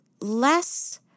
less